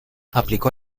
aplicó